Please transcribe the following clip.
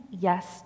yes